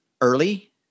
early